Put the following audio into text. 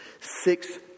six